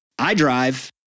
idrive